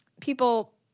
People